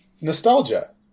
nostalgia